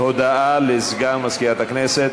הודעה לסגן מזכירת הכנסת.